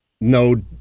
no